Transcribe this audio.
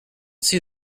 see